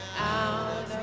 out